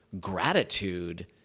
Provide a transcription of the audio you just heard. gratitude